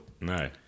No